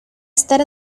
estar